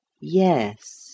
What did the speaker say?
Yes